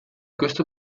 questo